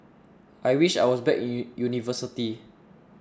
I wish I was back in university